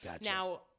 Now